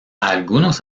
algunos